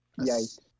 Yikes